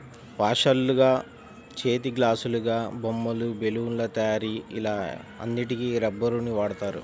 వాషర్లుగా, చేతిగ్లాసులాగా, బొమ్మలు, బెలూన్ల తయారీ ఇలా అన్నిటికి రబ్బరుని వాడుతారు